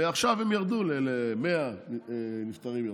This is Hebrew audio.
ועכשיו הם ירדו ל-100 נפטרים ביום.